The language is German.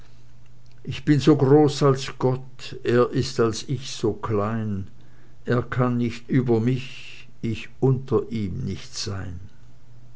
ich bin so groß als gott er ist als ich so klein er kann nicht über mich ich unter ihm nicht sein